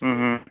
ம் ம்